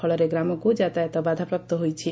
ଫଳରେ ଗ୍ରାମକୁ ଯାତାୟତ ବାଧାପ୍ରାପ୍ତ ହୋଇଛି